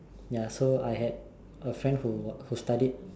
ya so I had a friend who who studied